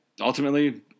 ultimately